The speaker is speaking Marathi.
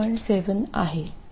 7 आहे